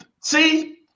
See